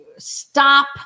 Stop